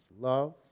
love